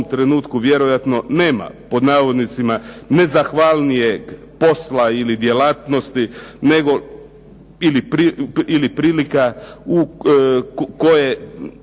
trenutku vjerojatno nema, pod navodnicima, nezahvalnijeg posla ili djelatnosti nego, ili prilika, u koje,